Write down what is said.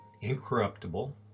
incorruptible